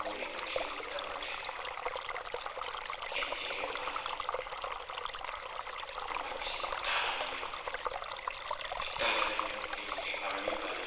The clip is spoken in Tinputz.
Murin eo pasi tavus ken ti ve ba, naban pasi tar aneneo. Si tar aneneo kir ep a mani bah,